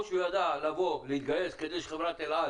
שהוא ידע לבוא ולהתגייס כדי שחברת אל על